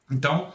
Então